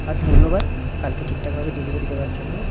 আর ধন্যবাদ কালকে ঠিকঠাকভাবে ডেলিভারি দেওয়ার জন্য